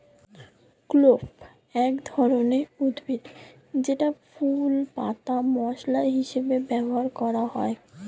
clove এক ধরনের উদ্ভিদ যেটার ফুল, পাতা মসলা হিসেবে ব্যবহার করা হয়